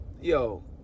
yo